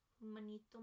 Manito